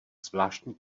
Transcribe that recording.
zvláštní